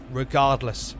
regardless